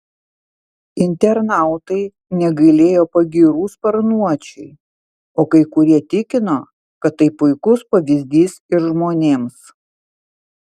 internautai negailėjo pagyrų sparnuočiui o kai kurie tikino kad tai puikus pavyzdys ir žmonėms